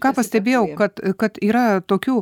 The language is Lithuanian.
ką pastebėjau kad kad yra tokių